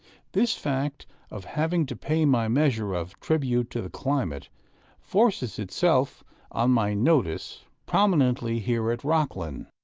this fact of having to pay my measure of tribute to the climate forces itself on my notice prominently here at rocklin,